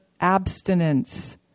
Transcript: abstinence